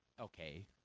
Okay